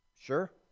Sure